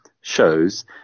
shows